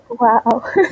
Wow